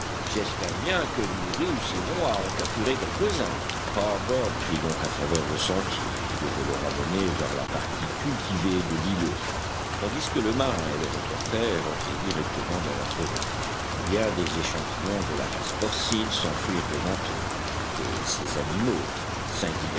j'espère bien que nous réussirons à en capturer quelques-uns harbert prit donc à travers le sentier qui devait le ramener vers la partie cultivée de l'îlot tandis que le marin et le reporter rentraient directement dans la forêt bien des échantillons de la race porcine s'enfuirent devant eux et ces animaux